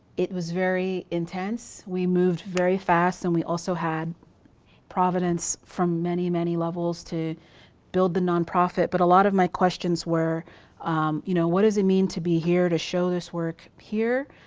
it was very intense. we moved very fast and we also had providence from many, many levels to build the nonprofit. but a lot of my questions were you know what does it mean to be here to show this work here?